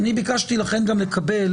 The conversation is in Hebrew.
לכן אני ביקשתי לקבל,